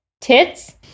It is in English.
Tits